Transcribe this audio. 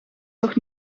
toch